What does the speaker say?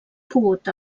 pogut